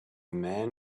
man